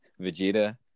Vegeta